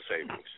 savings